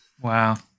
Wow